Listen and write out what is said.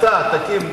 אתה תקים,